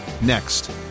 next